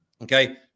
Okay